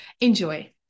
Enjoy